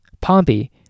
Pompey